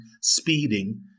speeding